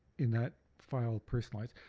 in that file personalized.